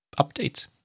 updates